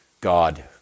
God